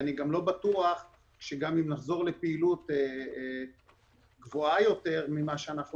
ואני גם לא בטוח שגם אם נחזור לפעילות גבוהה יותר ממה שאנחנו